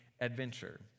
Adventure